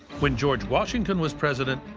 when george washington was president,